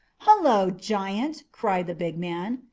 hullo, giant! cried the big man,